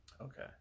okay